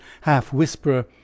half-whisper